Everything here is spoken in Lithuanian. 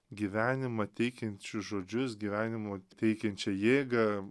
gyvenimą teikiančius žodžius gyvenimo teikiančia jėgą